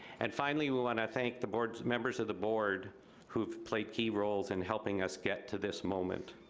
and finally we want to thank the board, members of the board who've played key roles in helping us get to this moment.